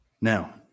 Now